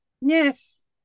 Yes